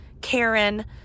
Karen